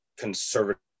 conservative